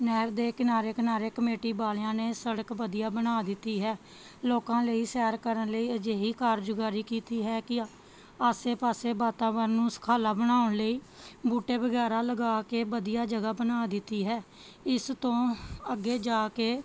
ਨਹਿਰ ਦੇ ਕਿਨਾਰੇ ਕਿਨਾਰੇ ਕਮੇਟੀ ਵਾਲਿਆਂ ਨੇ ਸੜਕ ਵਧੀਆ ਬਣਾ ਦਿੱਤੀ ਹੈ ਲੋਕਾਂ ਲਈ ਸੈਰ ਕਰਨ ਲਈ ਅਜਿਹੀ ਕਾਰਜਕਾਰੀ ਕੀਤੀ ਹੈ ਕਿ ਆਸੇ ਪਾਸੇ ਵਾਤਾਵਰਨ ਨੂੰ ਸੁਖਾਲਾ ਬਣਾਉਣ ਲਈ ਬੂਟੇ ਵਗੈਰਾ ਲਗਾ ਕੇ ਵਧੀਆ ਜਗ੍ਹਾ ਬਣਾ ਦਿੱਤੀ ਹੈ ਇਸ ਤੋਂ ਅੱਗੇ ਜਾ ਕੇ